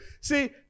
See